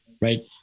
Right